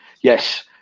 yes